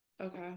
Okay